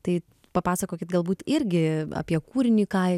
tai papasakokit galbūt irgi apie kūrinį ką